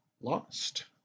lost